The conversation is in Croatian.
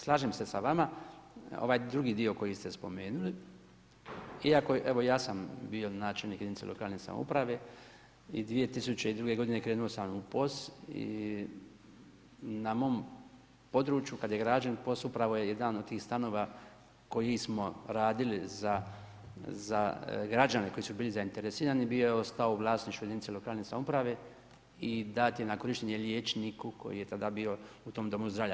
Slažem se sa vama, ovaj drugi dio koji ste spomenuli, iako evo ja sam bio načelnik jedinice lokalne samouprave i 2002. godine krenuo sam u POS i na mom području kada je građen POS upravo je jedan od tih stanova koji smo radili za građane koji su bili zainteresirani bio je ostao u vlasništvu jedinice lokalne samouprave i dan je na korištenje liječniku koji je tada bio u tom domu zdravlja.